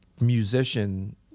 musician